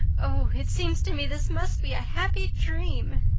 oh, it seems to me this must be a happy dream.